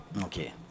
okay